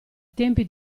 tempi